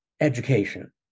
education